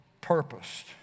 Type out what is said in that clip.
purposed